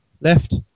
left